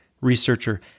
researcher